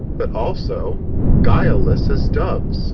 but also guileless as doves